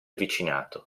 vicinato